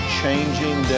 changing